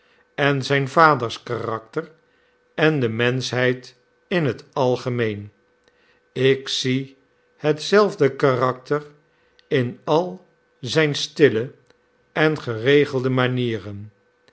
en zijn vader's karakter en de menschheid in het algemeen ik zie hetzelfde karakter in al zijne stille en geregelde manieren